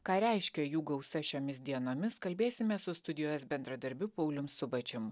ką reiškia jų gausa šiomis dienomis kalbėsimės su studijos bendradarbiu paulium subačium